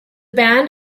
band